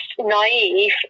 naive